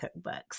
cookbooks